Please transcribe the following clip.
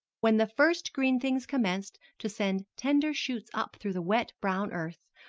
when the first green things commenced to send tender shoots up through the wet, brown earth,